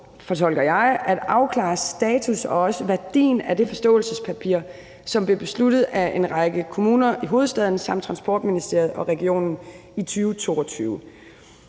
fortolker jeg, at afklare status og også værdien af det forståelsespapir, som blev besluttet af en række kommuner i hovedstaden samt Transportministeriet og regionen i 2022.